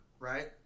Right